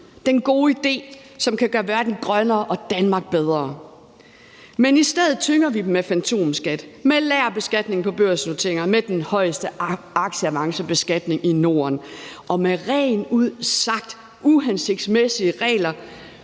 den gode idé, som kan gøre verden grønnere og Danmark bedre. Men i stedet tynger vi dem med fantomskat, med lagerbeskatning på børsnoteringer, med den højeste aktieavancebeskatning i Norden og med rent ud sagt uhensigtsmæssige regler,